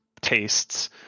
tastes